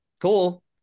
cool